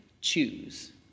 choose